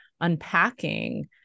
unpacking